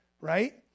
right